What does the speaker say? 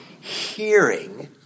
hearing